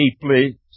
deeply